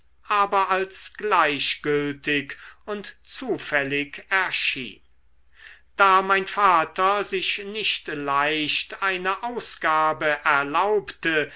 aber als gleichgültig und zufällig erschien da mein vater sich nicht leicht eine ausgabe erlaubte